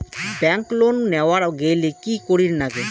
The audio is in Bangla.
ব্যাংক লোন নেওয়ার গেইলে কি করীর নাগে?